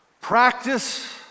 Practice